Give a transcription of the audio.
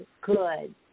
good